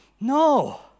No